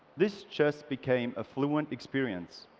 this just became a fluent experience